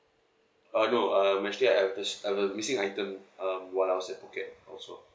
uh no um actually I I had this I have a missing item um while I was at phuket also